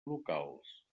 locals